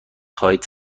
خواهید